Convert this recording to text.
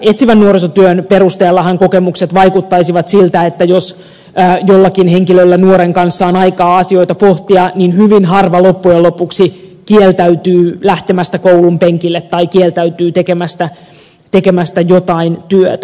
sinänsä etsivän nuorisotyön perusteellahan kokemukset vaikuttaisivat siltä että jos jollakin henkilöllä nuoren kanssa on aikaa asioita pohtia niin hyvin harva loppujen lopuksi kieltäytyy lähtemästä koulun penkille tai kieltäytyy tekemästä jotain työtä